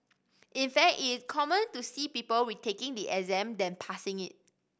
in fact it is common to see people retaking the exam than passing it